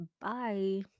bye